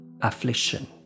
affliction